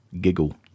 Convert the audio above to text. Giggle